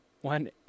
one